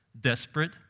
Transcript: desperate